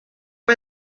amb